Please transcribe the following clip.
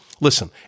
Listen